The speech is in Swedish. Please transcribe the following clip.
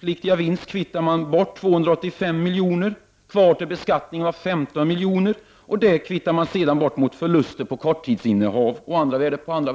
kvittades 285 milj.kr. bort. Kvar till beskattning blev alltså 15 milj.kr., ett belopp som sedan kvittades bort mot förluster på korttidsinnehav och andra värdepapper.